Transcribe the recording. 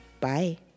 bye